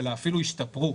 אלא אפילו השתפרו.